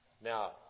Now